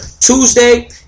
Tuesday